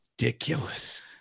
ridiculous